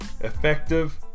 effective